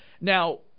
Now